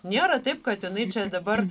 nėra taip kad jinai čia dabar